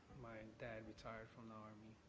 my dad retired from the army.